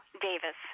Davis